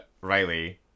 Riley